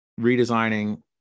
redesigning